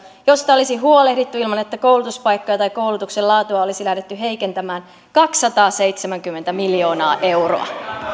josta olisi huolehdittu ilman että koulutuspaikkoja tai koulutuksen laatua olisi lähdetty heikentämään kaksisataaseitsemänkymmentä miljoonaa euroa